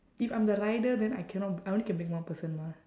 if I'm the rider then I cannot I only can bring one person mah